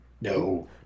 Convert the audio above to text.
no